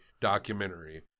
documentary